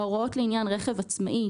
ההוראות לעניין רכב עצמאי,